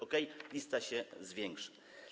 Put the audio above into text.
Okej, lista się zwiększy.